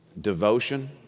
devotion